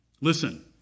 listen